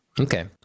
okay